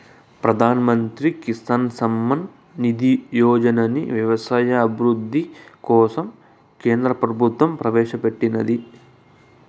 ప్రధాన్ మంత్రి కిసాన్ సమ్మాన్ నిధి యోజనని వ్యవసాయ అభివృద్ధి కోసం కేంద్ర ప్రభుత్వం ప్రవేశాపెట్టినాది